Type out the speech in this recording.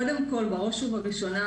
קודם כול, בראש ובראשונה,